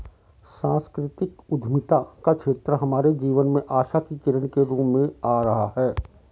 सांस्कृतिक उद्यमिता का क्षेत्र हमारे जीवन में आशा की किरण के रूप में आ रहा है